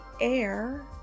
air